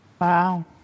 Wow